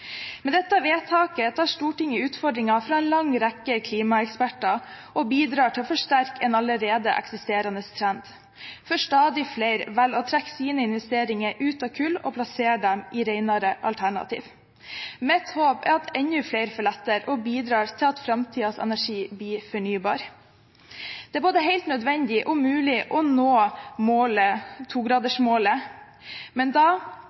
Med dette vedtaket tar Stortinget utfordringen fra en lang rekke klimaeksperter og bidrar til å forsterke en allerede eksisterende trend, for stadig flere velger å trekke sine investeringer ut av kull og plassere dem i renere alternativ. Mitt håp er at enda flere følger etter og bidrar til at framtidens energi blir fornybar. Det er både helt nødvendig og mulig å nå togradersmålet, men